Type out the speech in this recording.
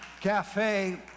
cafe